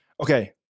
okay